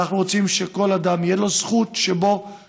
אנחנו רוצים שלכל אדם תהיה זכות לבקש